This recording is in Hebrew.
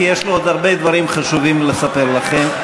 כי יש לו עוד הרבה דברים חשובים לספר לכם.